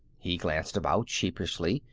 he glanced about, sheepishly,